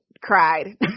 cried